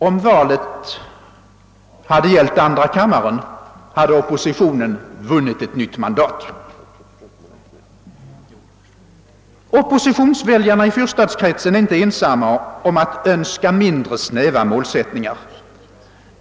Om valet hade gällt andra kammaren, hade oppositionen vunnit ett nytt mandat. Oppositionsväljarna i fyrstadskretsen är inte ensamma om att önska mindre snäva målsättningar.